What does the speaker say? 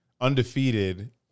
undefeated